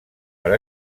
per